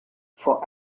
for